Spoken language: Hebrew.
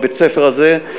בבית-הספר הזה,